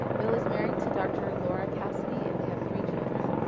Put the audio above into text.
bill is married to dr. laura cassidy and they have three children.